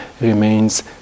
remains